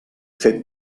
fet